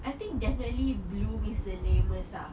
I think definitely bloom is the lamest lah